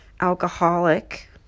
alcoholic